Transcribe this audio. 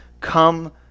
come